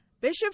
Bishop